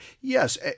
yes